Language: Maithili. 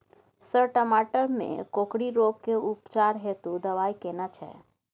सर टमाटर में कोकरि रोग के उपचार हेतु दवाई केना छैय?